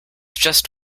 just